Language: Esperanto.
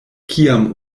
kiam